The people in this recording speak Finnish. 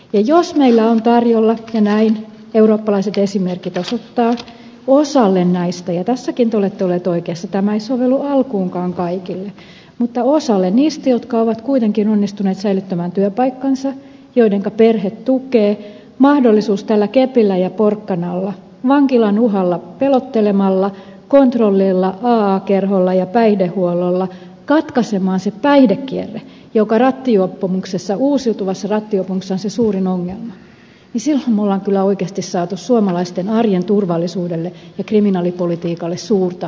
jos meillä on tarjolla ja näin eurooppalaiset esimerkit osoittavat osalle näistä ja tässäkin te olette olleet oikeassa tämä ei sovellu alkuunkaan kaikille mutta osalle niistä jotka ovat kuitenkin onnistuneet säilyttämään työpaikkansa joidenka perhe tukee mahdollisuus tällä kepillä ja porkkanalla vankilan uhalla pelottelemalla kontrollilla aa kerholla ja päihdehuollolla katkaista se päihdekierre joka uusiutuvassa rattijuopumuksessa on se suurin ongelma niin silloin me olemme kyllä oikeasti saaneet suomalaisten arjen turvallisuudelle ja kriminaalipolitiikalle suurta aikaiseksi